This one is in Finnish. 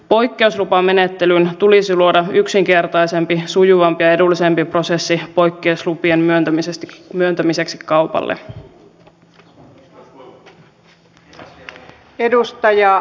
poikkeuslupamenettelyyn tulisi luoda yksinkertaisempi sujuvampi ja edullisempi prosessi poikkeuslupien myöntämiseksi kaupalle